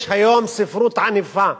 יש היום ספרות ענפה,